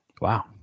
Wow